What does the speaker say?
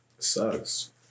Sucks